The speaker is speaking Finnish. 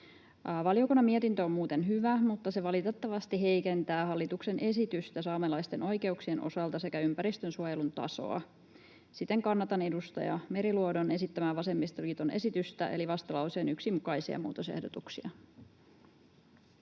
Valiokunnan mietintö on muuten hyvä, mutta se valitettavasti heikentää hallituksen esitystä saamelaisten oikeuksien osalta sekä ympäristönsuojelun tasoa. Siten kannatan edustaja Meriluodon esittämää vasemmistoliiton esitystä eli vastalauseen 1 mukaisia muu-tosehdotuksia.